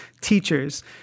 teachers